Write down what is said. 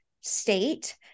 state